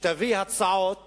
להביא הצעות